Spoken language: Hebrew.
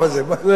זה נכון,